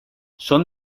son